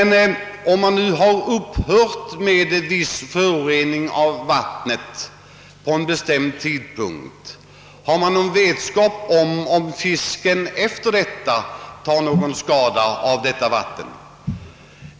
— Nå, men om föroreningen av ett vatten upphört vid en bestämd tidpunkt, vet ni då huruvida fisken därefter tar någon skada av detta vatten.